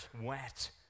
wet